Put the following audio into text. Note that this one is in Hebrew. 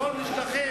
הכול משתכח.